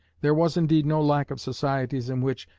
there was indeed no lack of societies in which,